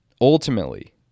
Ultimately